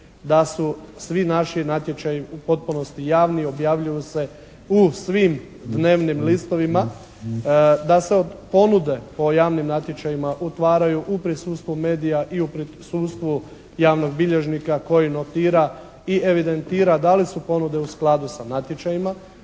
da su svi naši natječaji u potpunosti javni, objavljuju se u svim dnevnim listovima, da se od ponude po javnim natječajima otvaraju u prisustvu medija i u prisustvu javnog bilježnika koji notira i evidentira da li su ponude u skladu sa natječajima.